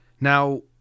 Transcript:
Now